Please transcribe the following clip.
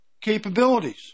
capabilities